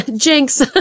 jinx